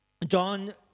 John